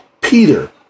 Peter